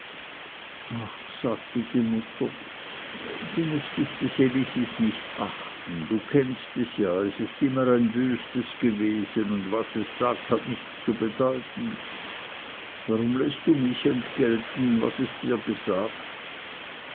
ach sagte die mutter du mußt dich des elisis nichts achten du kennst es ja es ist immer ein wüstes gewesen und was es sagt hat nichts zu bedeuten warum läßt du mich entgelten was es dir sagt